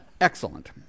Excellent